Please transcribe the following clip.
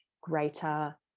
greater